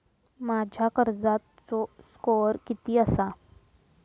माझ्या कर्जाचो स्कोअर किती आसा?